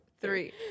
three